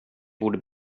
borde